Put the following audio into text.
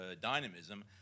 dynamism